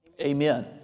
Amen